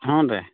ಹ್ಞೂ ರಿ